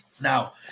Now